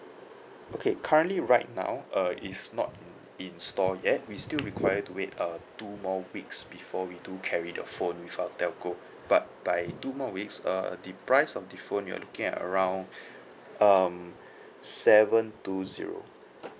okay currently right now uh it's not in store yet we still require to wait uh two more weeks before we do carry the phone with our telco but by two more weeks uh the price of the phone you are looking at around um seven two zero